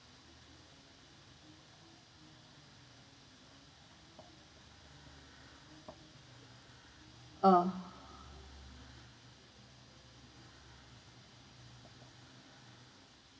uh